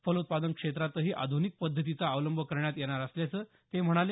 फलोत्पादन क्षेत्रातही आध्निक पद्धतीचा अवलंब करण्यात येणार असल्याचं ते म्हणाले